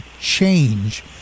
change